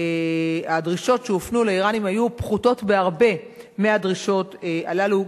הדרישות שהופנו לאירנים היו פחותות בהרבה מהדרישות הללו,